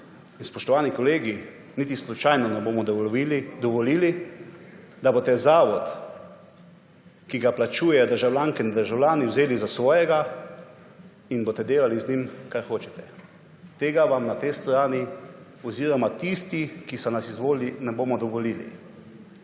In spoštovani kolegi, niti slučajno ne bomo dovolili, da boste zavod, ki ga plačujejo državljanke in državljani, vzeli za svojega in boste delali z njim, kar hočete. Tega vam na tej strani oziroma tisti, ki so nas izvolili, ne bomo dovolili.